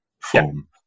form